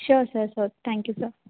sure sir sir thank you sir